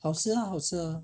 好吃啦好吃啊